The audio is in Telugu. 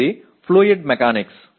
ఇది ఫ్లూయిడ్ మెకానిక్స్